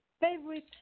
favorite